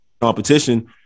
competition